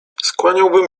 skłaniałabym